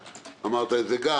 אמרת את זה גם